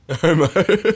Homo